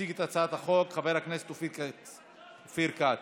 יציג את הצעת החוק חבר הכנסת אופיר כץ.